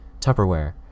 Tupperware